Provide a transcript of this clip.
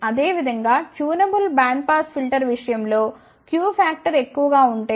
అదేవిధంగా tunable band pass filter విషయం లో Q ఫాక్టర్ ఎక్కువగా ఉంటే